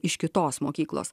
iš kitos mokyklos